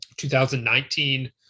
2019